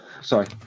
sorry